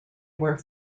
were